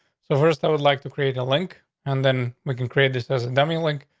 so first, i would like to create a link, and then we can create this doesn't dumbing link.